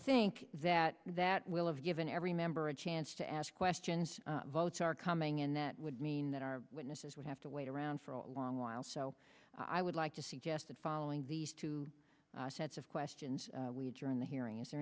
think that that will have given every member a chance to ask questions votes are coming in that would mean that our witnesses would have to wait around for a long while so i would like to suggest that following these two sets of questions we had during the hearing is there